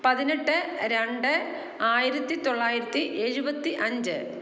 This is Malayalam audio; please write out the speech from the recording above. പതിനെട്ട് രണ്ട് ആയിരത്തിത്തൊള്ളായിരത്തി എഴുപത്തി അഞ്ച്